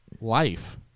Life